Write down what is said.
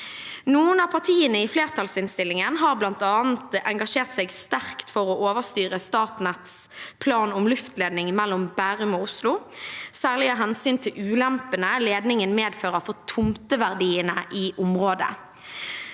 Noen av partiene i flertallsinnstillingen har bl.a. engasjert seg sterkt for å overstyre Statnetts plan om luftledning mellom Bærum og Oslo, særlig av hensyn til ulempene ledningen medfører for tomteverdiene i området.